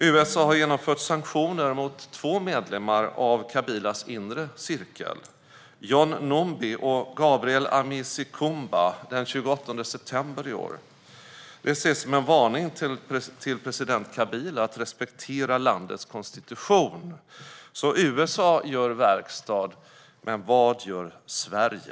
USA införde sanktioner mot två medlemmar av Kabilas inre cirkel, John Numbi och Gabriel Amisi Kumba, den 28 september i år. Det ses som en varning till president Kabila att respektera landets konstitution. USA gör verkstad, men vad gör Sverige?